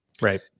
Right